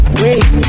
wait